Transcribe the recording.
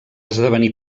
esdevenir